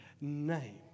name